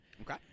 Okay